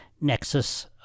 nexus